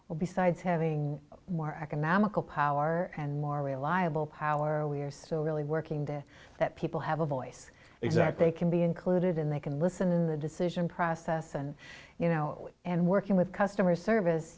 well besides having more economical power and more reliable power we're still really working there that people have a voice exact they can be included in they can listen to decision process and you know and working with customer service